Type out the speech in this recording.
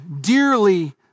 Dearly